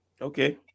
Okay